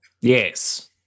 Yes